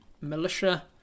Militia